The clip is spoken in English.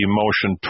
motion